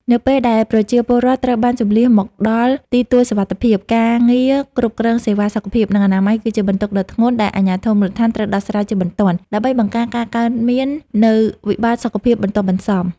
នៅពេលដែលប្រជាពលរដ្ឋត្រូវបានជម្លៀសមកដល់ទីទួលសុវត្ថិភាព ការងារគ្រប់គ្រងសេវាសុខភាព និងអនាម័យគឺជាបន្ទុកដ៏ធ្ងន់ដែលអាជ្ញាធរមូលដ្ឋានត្រូវដោះស្រាយជាបន្ទាន់ ដើម្បីបង្ការការកើតមាននូវវិបត្តិសុខភាពបន្ទាប់បន្សំ។